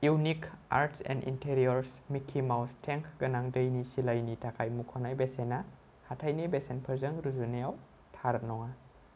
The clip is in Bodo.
unique arts and interiors Mickey Mouse tank गोनां दैनि सिलाइनि थाखाय मुंख'नाय बेसेना हाथायनि बेसेनफोरजों रुजुनायाव थार नङा